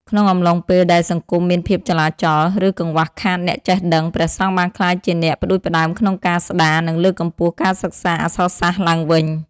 ក្នុងអំឡុងពេលដែលសង្គមមានភាពចលាចល ឬកង្វះខាតអ្នកចេះដឹង ព្រះសង្ឃបានក្លាយជាអ្នកផ្ដួចផ្ដើមក្នុងការស្តារ និងលើកកម្ពស់ការសិក្សាអក្សរសាស្ត្រឡើងវិញ។